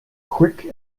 quick